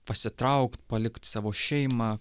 pasitraukt palikt savo šeimą